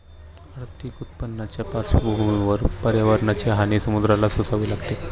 आर्थिक उत्पन्नाच्या पार्श्वभूमीवर पर्यावरणाची हानी समुद्राला सोसावी लागते